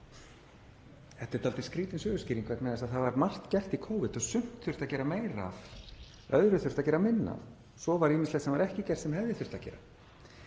Þetta er dálítið skrýtin söguskýring vegna þess að það var margt gert í Covid og af sumu þurfti að gera meira, af öðru þurfti að gera minna. Svo var ýmislegt sem var ekki gert sem hefði þurft að gera.